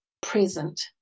present